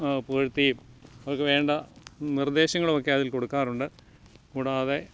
പുകഴ്ത്തുകയും അവർക്കു വേണ്ട നിർദ്ദേശങ്ങളുമൊക്കെ അതിൽ കൊടുക്കാറുണ്ട് കൂടാതെ